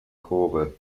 kurve